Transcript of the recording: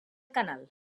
canal